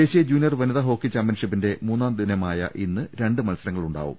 ദേശീയ ജൂനിയർ വനിതാ ഹോക്കി ചാമ്പ്യൻഷിപ്പിന്റെ മൂന്നാം ദിനമായ ഇന്ന് രണ്ടു മത്സരങ്ങളുണ്ടാകും